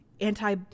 anti